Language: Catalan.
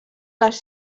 les